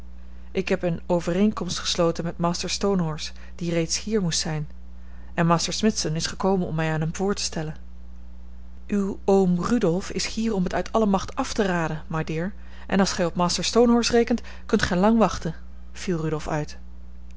ik heb eene overeenkomst gesloten met master stonehorse die reeds hier moest zijn en master smithson is gekomen om mij aan hem voor te stellen uw oom rudolf is hier om het uit alle macht af te raden my dear en als gij op master stonehorse rekent kunt gij lang wachten viel rudolf uit